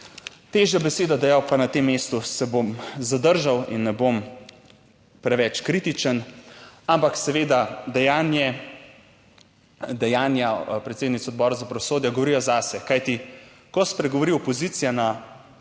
težjo besedo dejal, pa na tem mestu se bom zadržal in ne bom preveč kritičen, ampak seveda dejanje, dejanja predsednice Odbora za pravosodje govorijo zase. Kajti ko spregovori opozicija na